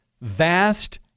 vast